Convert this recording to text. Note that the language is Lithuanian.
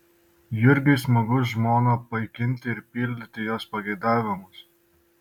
jurgiui smagu žmoną paikinti ir pildyti jos pageidavimus